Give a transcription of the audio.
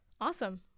Awesome